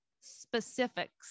specifics